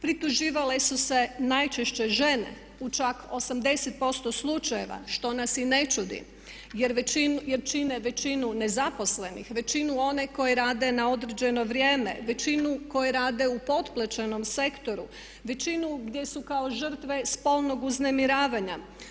Prituživale su se najčešće žene u čak 80% slučajeva što nas i ne čudi jer čine većinu nezaposlenih, većinu onih koji rade na određene vrijeme, većinu koje rade u potplaćenom sektoru, većinu gdje su kao žrtve spolnog uznemiravanja.